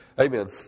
Amen